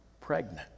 Pregnant